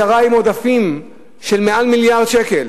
הממשלה נשארה עם עודפים של מעל מיליארד שקל.